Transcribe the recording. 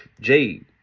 Jade